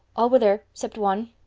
all were there cept one.